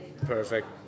perfect